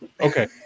Okay